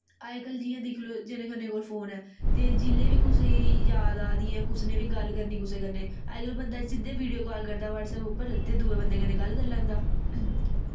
अज्ज कल जियां दिक्खी लैओ जने खने कोल फोन ऐ ते जिसलै बी कुसै दी याद आ दी जां कुसै ने बी गल्ल करनी कुसे ने अज्ज कल बंदा सिद्धे वीडियो कॉल करदा ब्हटसैप उप्पर ते दूए बंदे कन्नै गल्ल करी लैंदा